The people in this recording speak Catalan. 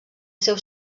seu